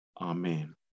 amen